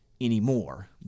anymore